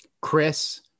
Chris